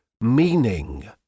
meaning